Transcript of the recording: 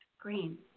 Green